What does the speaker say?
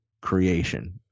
creation